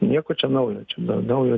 nieko čia naujo čia naujo